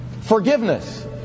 Forgiveness